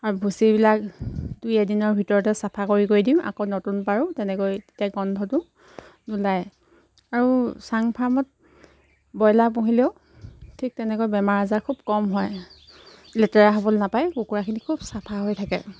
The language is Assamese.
আৰু ভুচিবিলাক দুই এদিনৰ ভিতৰতে চাফা কৰি কৰি দিওঁ আকৌ নতুন পাৰোঁ তেনেকৈ তেতিয়া গোন্ধটো নোলায় আৰু চাং ফাৰ্মত ব্ৰইলাৰ পুহিলেও ঠিক তেনেকৈ বেমাৰ আজাৰ খুব কম হয় লেতেৰা হ'বলৈ নাপায় কুকুৰাখিনি খুব চাফা হৈ থাকে